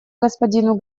господину